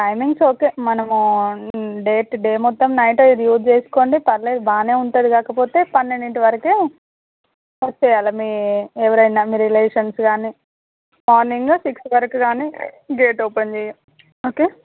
timings okay మనము day to day మొత్తం night టైమ్లో యూజ్ చేసుకోండి పర్లేదు బాగానే ఉంటుంది కాకపోతే పన్నెండింటి వరకి వచ్చేయాలా మీ ఎవరైనా మీ రిలేషన్స్ గానీ మార్నింగ్ సిక్స్ వరకు గానీ గేట్ ఓపెన్ చెయ్యం ఓకే